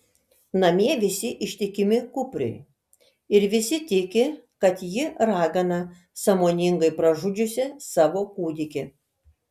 namie visi ištikimi kupriui ir visi tiki kad ji ragana sąmoningai pražudžiusi savo kūdikį